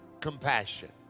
compassion